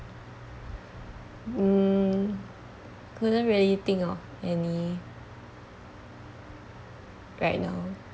mm couldn't really think of any right now